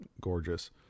gorgeous